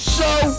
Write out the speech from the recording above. Show